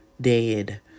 dead